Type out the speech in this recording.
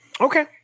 Okay